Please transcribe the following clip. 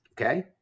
Okay